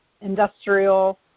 industrial